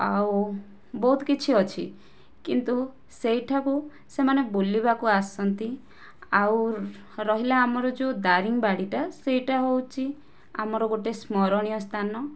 ଆଉ ବହୁତ କିଛି ଅଛି କିନ୍ତୁ ସେହିଠାକୁ ସେମାନେ ବୁଲିବାକୁ ଆସନ୍ତି ଆଉ ରହିଲା ଆମର ଯେଉଁ ଦାରିଙ୍ଗବାଡ଼ିଟା ସେହିଟା ହେଉଛି ଆମର ଗୋଟିଏ ସ୍ମରଣୀୟ ସ୍ଥାନ